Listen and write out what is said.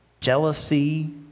jealousy